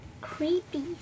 creepy